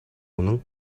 үнэн